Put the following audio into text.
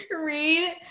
Read